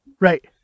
Right